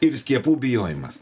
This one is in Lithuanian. ir skiepų bijojimas